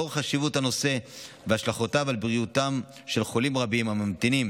לאור חשיבות הנושא והשלכותיו על בריאותם של חולים רבים הממתינים